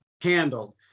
handled